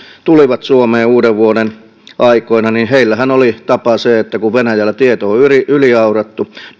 tulivat suomeen uudenvuoden aikoina heillä oli tapana ajaa keskellä tietä kun venäjällä tiet on yliaurattu